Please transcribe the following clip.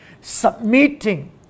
submitting